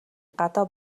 гадаа